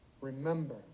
remember